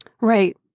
Right